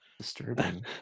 Disturbing